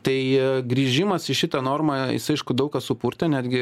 tai grįžimas į šitą normą jis aišku daug ką supurtė netgi